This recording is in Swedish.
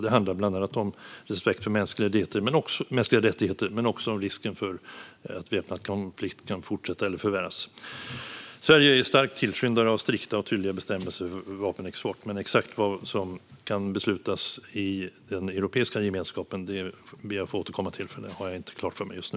Det handlar bland annat om respekt för mänskliga rättigheter men också om risken för att en väpnad konflikt kan fortsätta eller förvärras. Sverige är stark tillskyndare av strikta och tydliga bestämmelser för vapenexport. Men exakt vad som kan beslutas i den europeiska gemenskapen ber jag att få återkomma till. Det har jag inte klart för mig just nu.